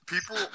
people